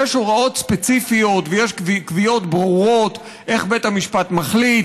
יש הוראות ספציפיות ויש קביעות ברורות איך בית המשפט מחליט